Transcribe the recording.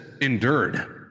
endured